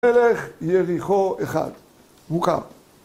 מלך יריחו אחד. מוכר.